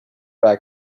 bags